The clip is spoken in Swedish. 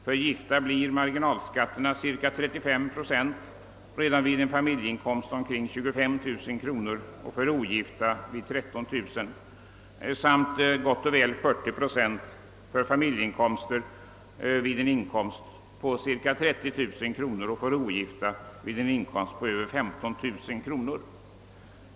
För gifta blir marginalskatten cirka 35 procent redan vid en familjeinkomst på omkring 25 000 och för ogifta vid 13 000 kronor samt gott och väl 40 procent vid familjeinkomster på cirka 30 000 kronor och för ogifta vid en inkomst på över 15 000 kronor.